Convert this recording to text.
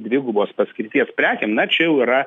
dvigubos paskirties prekėm na čia jau yra